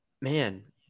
Man